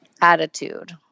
Attitude